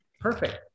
Perfect